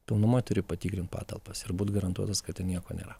pilnumoj turi patikrint patalpas ir būt garantuotas kad ten nieko nėra